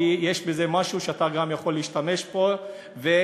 כי יש בזה משהו שאתה גם יכול להשתמש בו ולהקל,